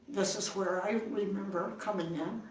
this is where i remember coming in.